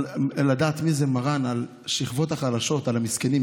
לדעת מי זה מרן, על השכבות החלשות, על המסכנים.